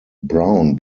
brown